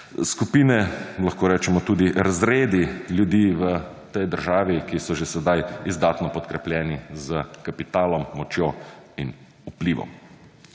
skupine lahko rečemo tudi razredi ljudi v tej državi, ki so že sedaj izdatno podkrepljeni s kapitalom, močjo in vplivov.